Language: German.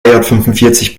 fünfundvierzig